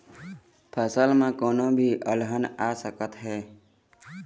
फसल म कोनो भी अलहन आ सकत हे